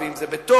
ואם זה בתוך,